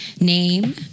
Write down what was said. name